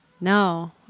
no